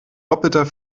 doppelter